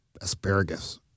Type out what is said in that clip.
asparagus